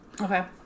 Okay